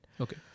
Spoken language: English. Okay